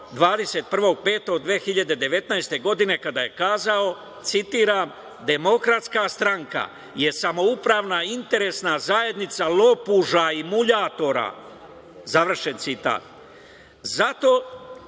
maja 2019. godine kada je kazao, citiram - Demokratska stranka je samoupravna interesna zajednica lopuža i muljatora, završen citat.